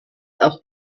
auch